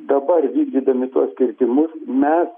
dabar vykdydami tuos kirtimus mes